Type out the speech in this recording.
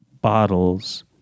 bottles